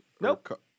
Nope